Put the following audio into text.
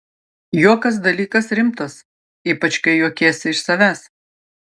juokas dalykas rimtas ypač kai juokies iš savęs